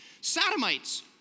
Sodomites